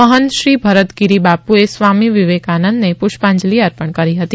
મહંત શ્રી ભરતગીરી બાપુએ સ્વામી વિવેકાનંદને પુષ્પાંજલિ અર્પણ કરી હતી